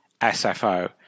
SFO